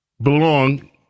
belong